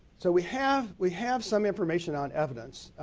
so we have we have some information on evidence.